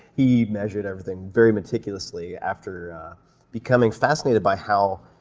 he measured everything very meticulously after becoming fascinated by how